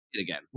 again